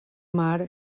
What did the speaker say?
mar